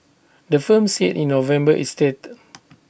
the firm said in November it's dead